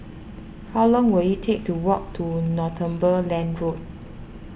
how long will it take to walk to Northumberland Road